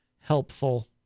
helpful